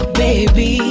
baby